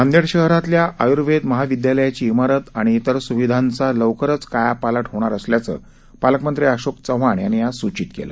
नांदेड शहरातल्या आय्र्वेद महाविदयालयाची इमारत आणि इतर सुविधांचा लवकरच कायापालट होणार असल्याचं पालकमंत्री अशोक चव्हाण यांनी आज सूचित केलं